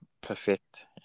perfect